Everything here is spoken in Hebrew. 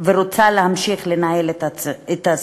ורוצה להמשיך לנהל את הסכסוך.